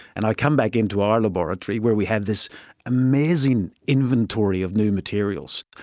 and i come back into our laboratory where we have this amazing inventory of new materials.